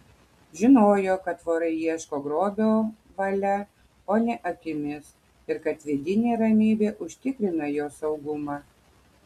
žinojo kad vorai ieško grobio valia o ne akimis ir kad vidinė ramybė užtikrina jo saugumą